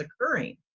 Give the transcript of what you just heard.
occurring